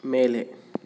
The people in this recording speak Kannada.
ಮೇಲೆ